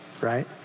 right